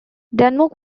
denmark